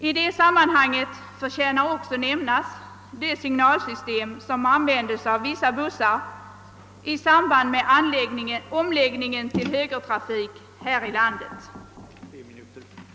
I det sammanhanget förtjänar också nämnas det signalsystem som användes av vissa bussar i samband med omläggningen till högertrafik. Även om statsrådet anser att antalet olyckor i samband med transport av skolbarn inte är anmärkningsvärt högt är det ändå för högt.